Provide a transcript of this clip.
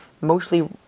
mostly